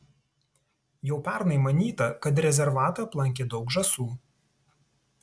jau pernai manyta kad rezervatą aplankė daug žąsų